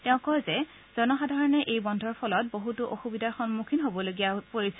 তেওঁ কয় যে জনসাধাৰণে এই বন্ধৰ ফলত বহুতো অসুবিধাৰ সন্মুখীন হ'বলগীয়াত পৰিছে